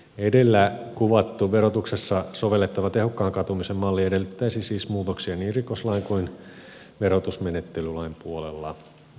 edellä kuvattu verotuksessa sovellettava tehokkaan katumisen malli edellyttäisi siis muutoksia niin rikoslain kuin verotusmenettelylain puolella